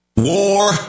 War